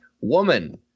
woman